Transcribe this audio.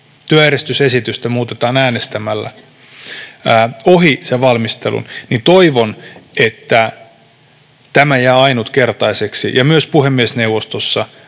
työjärjestysesitystä muutetaan äänestämällä ohi valmistelun — jää ainutkertaiseksi ja myös puhemiesneuvostossa